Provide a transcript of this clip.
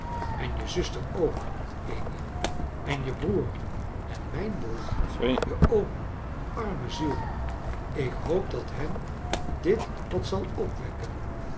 en je zuster ook amy en je broer en m ij n broer je oom arme ziel ik hoop dat heai dit wat zal opwekkea